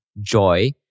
joy